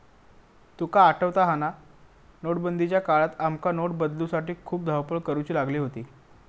तुका आठवता हा ना, नोटबंदीच्या काळात आमका नोट बदलूसाठी खूप धावपळ करुची लागली होती